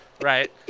Right